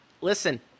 listen